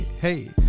Hey